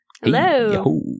Hello